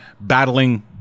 battling